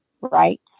Right